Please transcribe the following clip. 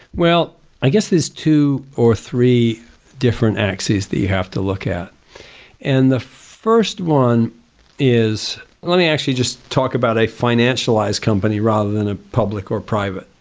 well i guess there's two or three different axes that you have to look at and the first one is let me actually just talk about a financialized company rather than a public or private.